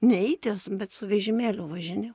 neiti bet su vežimėliu važinėjau